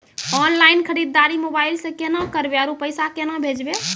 Online खरीददारी mobile से केना करबै, आरु पैसा केना भेजबै?